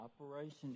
operation